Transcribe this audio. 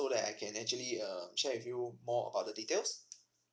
so that I can actually um share with you more about the details